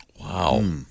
Wow